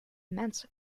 amends